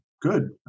good